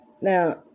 Now